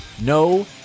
No